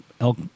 elk